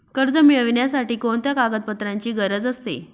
कर्ज मिळविण्यासाठी कोणत्या कागदपत्रांची गरज असते?